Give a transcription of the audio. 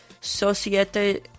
Societe